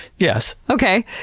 yes. okay.